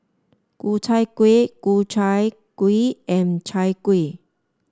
Ku Chai Kuih Ku Chai Kuih and Chai Kuih